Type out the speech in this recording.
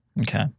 Okay